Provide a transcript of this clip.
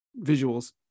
visuals